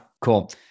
Cool